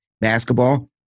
basketball